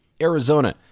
Arizona